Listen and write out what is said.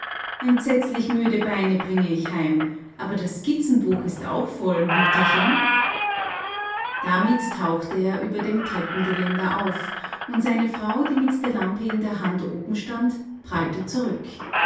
entsetzlich müde beine bringe ich heim aber das skizzenbuch ist auch voll mutterchen damit tauchte er über dem treppengeländer auf und seine frau die mit der lampe in der hand oben stand prallte zurück